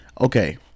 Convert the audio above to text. Okay